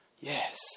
yes